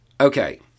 Okay